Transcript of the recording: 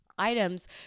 Items